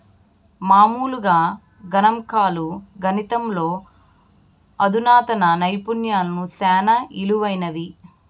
మామూలుగా గణంకాలు, గణితంలో అధునాతన నైపుణ్యాలు సేనా ఇలువైనవి